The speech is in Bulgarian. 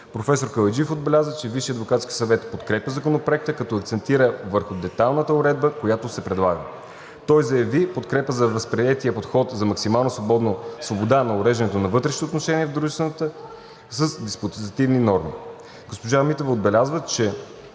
Висшият адвокатски съвет подкрепя Законопроекта, като акцентира върху детайлната уредба, която се предлага. Той заяви подкрепа за възприетия подход за максимална свобода на уреждане на вътрешните отношения в дружествата с диспозитивни норми. Госпожа Митева отбеляза, че